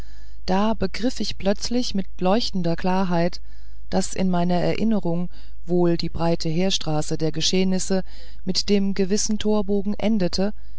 da begriff ich plötzlich mit leuchtender klarheit daß in meiner erinnerung wohl die breite heerstraße der geschehnisse mit dem gewissen torbogen endete